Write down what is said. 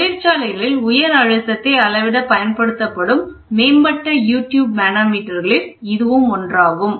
தொழில்சாலைகளில் உயர் அழுத்தத்தை அளவிட பயன்படுத்தப்படும் மேம்பட்ட யு டியூப் மனோமீட்டர் களில் இதுவும் ஒன்றாகும்